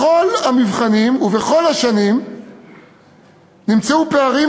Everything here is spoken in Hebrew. בכל המבחנים ובכל השנים נמצאו פערים